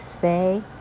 say